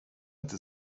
inte